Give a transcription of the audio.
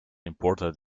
important